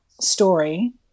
story